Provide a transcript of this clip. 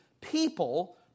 people